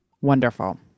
Wonderful